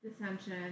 dissension